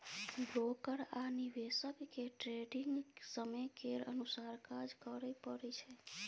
broker आ निवेशक केँ ट्रेडिग समय केर अनुसार काज करय परय छै